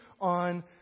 on